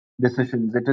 decisions